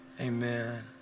Amen